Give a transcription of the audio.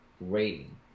rating